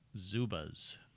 Zubas